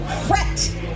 fret